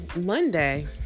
Monday